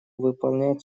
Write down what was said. выполнять